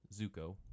Zuko